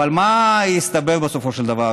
אבל מה הסתבר בסופו של דבר?